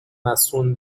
مصون